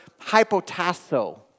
hypotasso